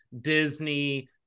disney